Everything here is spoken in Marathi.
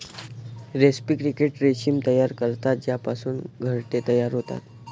रेस्पी क्रिकेट रेशीम तयार करतात ज्यापासून घरटे तयार होतात